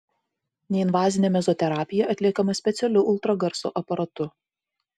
neinvazinė mezoterapija atliekama specialiu ultragarso aparatu